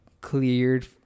cleared